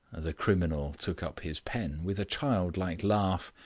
the criminal took up his pen with a childlike laugh,